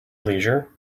leisure